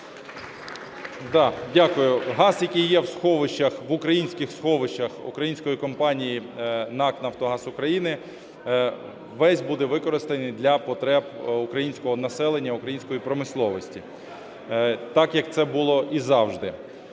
Д.А. Дякую. Газ, який є у сховищах, в українських сховищах, української компанії НАК "Нафтогаз України" весь буде використаний для потреб українського населення, української промисловості, так як це було і завжди.